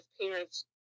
parents